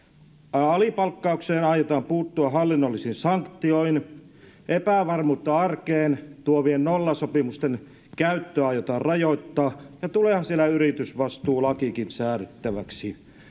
alipalkkaukseen aiotaan puuttua hallinnollisin sanktioin epävarmuutta arkeen tuovien nollasopimusten käyttöä aiotaan rajoittaa ja tuleehan siellä yritysvastuulakikin säädettäväksi